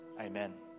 amen